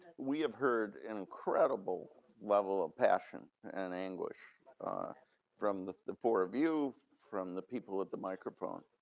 we have heard incredible level of passion and anguish ah from the the four of you, from the people with the microphone.